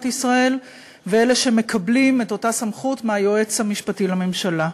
ישראל ואלה שמקבלים את אותה סמכות מהיועץ המשפטי לממשלה.